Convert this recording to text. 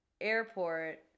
airport